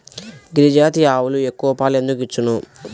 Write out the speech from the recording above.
గిరిజాతి ఆవులు ఎక్కువ పాలు ఎందుకు ఇచ్చును?